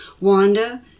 Wanda